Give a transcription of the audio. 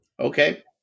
Okay